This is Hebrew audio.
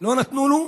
לא נתנו לו,